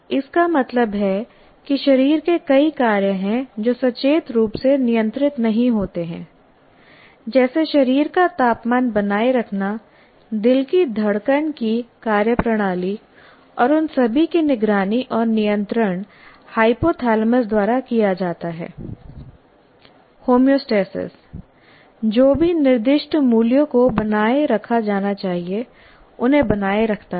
इसका मतलब है कि शरीर के कई कार्य हैं जो सचेत रूप से नियंत्रित नहीं होते हैं जैसे शरीर का तापमान बनाए रखना दिल की धड़कन की कार्यप्रणाली और उन सभी की निगरानी और नियंत्रण हाइपोथैलेमस द्वारा किया जाता है होमियोस्टेसिस जो भी निर्दिष्ट मूल्यों को बनाए रखा जाना चाहिए उन्हें बनाए रखता है